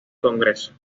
congreso